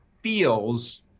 feels